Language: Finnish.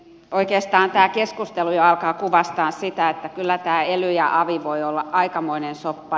oikeastaan tämä keskustelu jo alkaa kuvastaa sitä että kyllä tämä ely ja avi voi olla aikamoinen soppa